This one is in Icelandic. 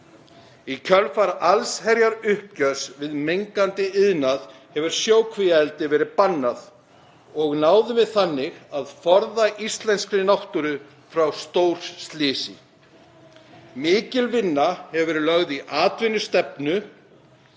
Í kjölfar allsherjaruppgjörs við mengandi iðnað hefur sjókvíaeldi verið bannað og náðum við þannig að forða íslenskri náttúru frá stórslysi. Mikil vinna hefur verið lögð í atvinnustefnu